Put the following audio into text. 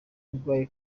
urwaye